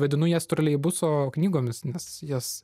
vadinu jas troleibuso knygomis nes jas